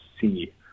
see